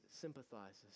sympathizes